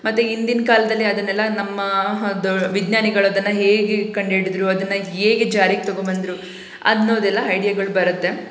ಮತ್ತು ಇಂದಿನ ಕಾಲದಲ್ಲಿ ಅದನ್ನೆಲ್ಲ ನಮ್ಮ ಅದು ವಿಜ್ಞಾನಿಗಳು ಅದನ್ನು ಹೇಗೆ ಕಂಡಿಡಿದ್ರು ಅದನ್ನು ಹೇಗೆ ಜಾರಿಗೆ ತಗೊಬಂದರು ಅನ್ನೋದೆಲ್ಲ ಹೈಡ್ಯಗಳು ಬರುತ್ತೆ